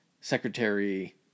Secretary